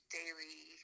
daily